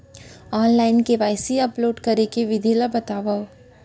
Online KYC upload करे के विधि ला बतावव?